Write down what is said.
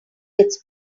its